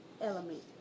element